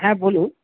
হ্যাঁ বলুন